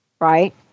right